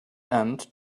and